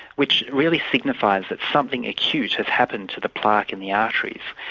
which really signifies that something acute has happened to the plaque in the arteries,